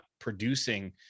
producing